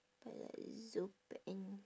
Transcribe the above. palazzo pant